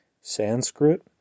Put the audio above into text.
Sanskrit